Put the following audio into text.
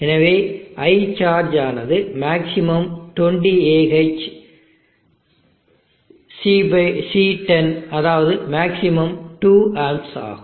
எனவேIcharge ஆனது maximum 20 Ah C10 அதாவது maximum 2 amp ஆகும்